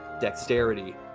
dexterity